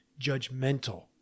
judgmental